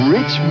Rich